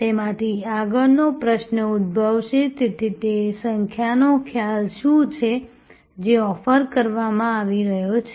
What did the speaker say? તેમાંથી આગળનો પ્રશ્ન ઉદ્ભવશે તેથી સેવાનો ખ્યાલ શું છે જે ઓફર કરવામાં આવી રહ્યો છે